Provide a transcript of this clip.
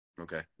Okay